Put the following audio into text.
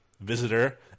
Visitor